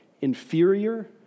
inferior